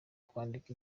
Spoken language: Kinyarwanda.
kwandika